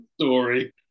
story